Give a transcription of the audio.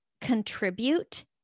contribute